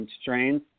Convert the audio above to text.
strains